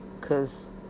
Cause